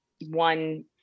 one